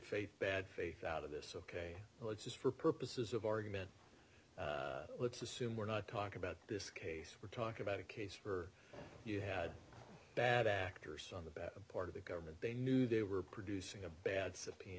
faith bad faith out of this ok let's just for purposes of argument let's assume we're not talking about this case we're talking about a case for you had bad actors on the bad part of the government they knew they were producing a bad